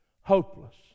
Hopeless